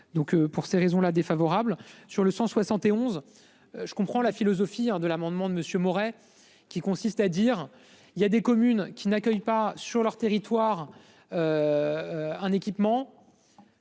pour ces raisons-là défavorable sur le 160 et 11. Je comprends la philosophie de l'amendement de monsieur Moret qui consiste à dire il y a des communes qui n'accueille pas sur leur territoire. Un équipement.